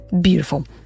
Beautiful